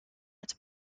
its